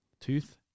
Tooth